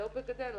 זה בגדול.